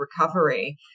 recovery